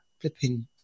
flipping